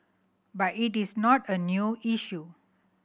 but it is not a new issue